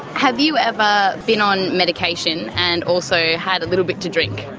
have you ever been on medication and also had a little bit to drink?